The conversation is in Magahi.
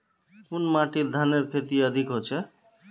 कुन माटित धानेर खेती अधिक होचे?